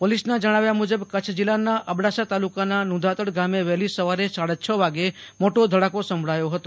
પો ેલીસના જણાવ્યા મુજબ કચ્છ જિલ્લાના અબડાસા તાલુકાના નુંધાતડ ગામે વહેલી સવારે સાડા છ વાગે મોટો ધડાકો સંભળાયો હતો